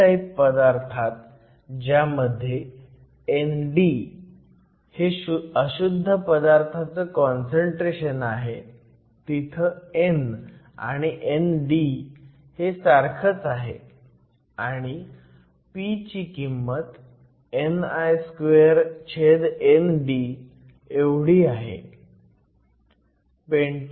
n type पदार्थात ज्यामध्ये ND हे अशुद्ध पदार्थाचं काँसंट्रेशन आहे तिथं n आणि ND हे सारखच आहे आणि p ची किंमत ni2ND एवढी आहे